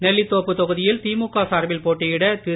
நெல்லித்தோப்பு தொகுதியில் திமுக சார்பில் போட்டியிட திரு